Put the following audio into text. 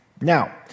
Now